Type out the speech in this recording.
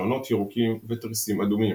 חלונות ירוקים ותריסים אדומים.